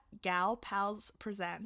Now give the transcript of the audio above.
galpalspresent